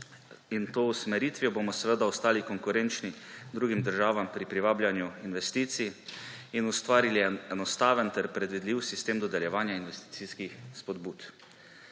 in to usmeritvijo bomo seveda ostali konkurenčni drugim državam pri privabljanju investicij in ustvarili en enostaven ter predvidljiv sistem dodeljevanja investicijskih spodbud.